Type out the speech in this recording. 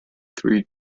three